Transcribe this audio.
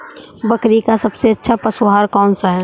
बकरी का सबसे अच्छा पशु आहार कौन सा है?